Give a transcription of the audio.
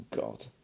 God